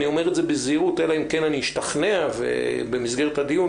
אני אומר זאת בזהירות אלא אם כן אני אשתכנע במהלך הדיון.